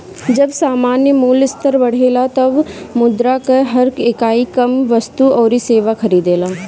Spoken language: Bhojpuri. जब सामान्य मूल्य स्तर बढ़ेला तब मुद्रा कअ हर इकाई कम वस्तु अउरी सेवा खरीदेला